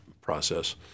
process